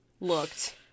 looked